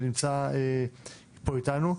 שנמצא פה איתנו.